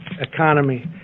economy